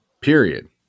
Period